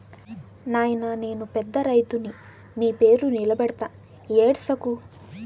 నాయినా నేను పెద్ద రైతుని మీ పేరు నిలబెడతా ఏడ్సకు